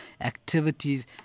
activities